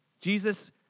Jesus